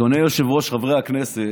אדוני היושב-ראש, חברי הכנסת,